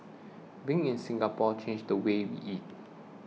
being in Singapore changed the way we eat